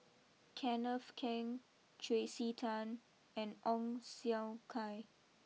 Kenneth Keng Tracey Tan and Ong Siong Kai